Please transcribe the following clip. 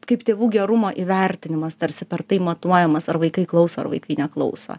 kaip tėvų gerumo įvertinimas tarsi per tai matuojamas ar vaikai klauso ar vaikai neklauso